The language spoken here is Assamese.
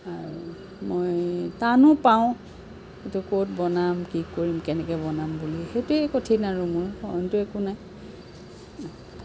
আৰু মই তানো পাওঁ এইটো ক'ত বনাম কি কৰিম কেনেকৈ বনাম বুলি সেইটোৱেই কঠিন আৰু মোৰ অইনটো একো নাই